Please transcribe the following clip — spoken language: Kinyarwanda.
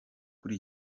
kuri